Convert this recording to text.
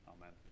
Amen